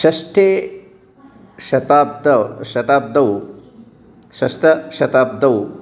षष्ठे शताद्बे शताब्दौ षष्ठशताब्दौ